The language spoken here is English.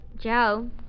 Joe